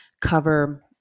cover